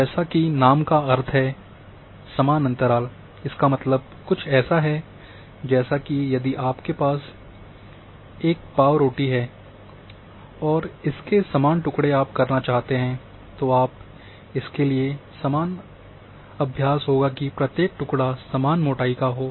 जैसा कि नाम का अर्थ है कि समान अंतराल इसका मतलब कुछ ऐसा है जैसा कि यदि आपके पास एक पाव रोटी है और इसके समान टुकड़े करना चाहते हैं तो आप इसके लिए सामान्य अभ्यास होगा की प्रत्येक टुकड़ा समान मोटाई का हो